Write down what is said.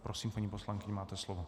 Prosím, paní poslankyně, máte slovo.